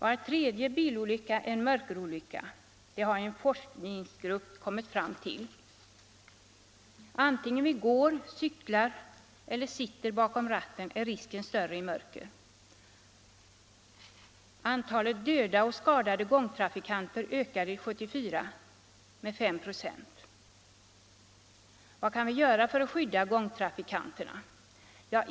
Var tredje bilolycka är en mörkerolycka — det har en forskningsgrupp kommit fram till. Vare sig vi går, cyklar eller sitter bakom ratten är risken större i mörker. Antalet dödade och skadade gångtrafikanter ökade med 5 96 under 1974. Vad kan vi göra för att skydda gångtrafikanten?